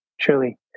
truly